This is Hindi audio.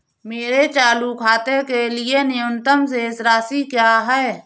मेरे चालू खाते के लिए न्यूनतम शेष राशि क्या है?